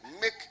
make